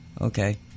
okay